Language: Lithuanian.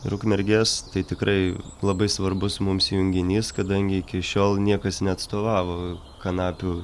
ir ukmergės tai tikrai labai svarbus mums junginys kadangi iki šiol niekas neatstovavo kanapių